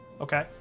Okay